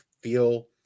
feel